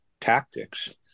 tactics